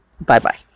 Bye-bye